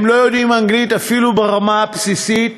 הם לא יודעים אנגלית אפילו ברמה הבסיסית,